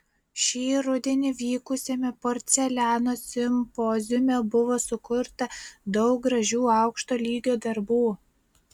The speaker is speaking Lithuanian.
šį rudenį vykusiame porceliano simpoziume buvo sukurta daug gražių aukšto lygio darbų